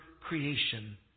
creation